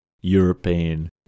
European